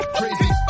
crazy